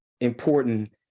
important